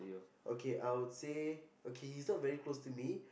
okay I would say okay he's not very close to me